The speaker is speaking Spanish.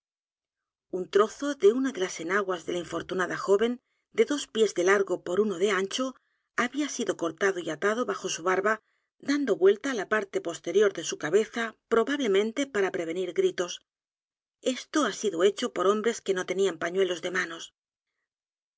un trozo dice de una de las enaguas de la infortunada joven de dos pies de largo por uno de ancho había sido cortado y atado bajo su barba dando vuelta á la p a r t e superior de su cabeza probablemente p a r a prevenir gritos esto ha sido hecho por hombres q u e no tenían pañuelos de mano